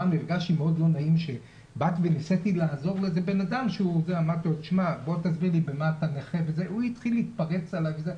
אדם ביקש ממני עזרה וביקשתי ממנו להסביר לי במה הוא נכה והוא התפרץ אלי,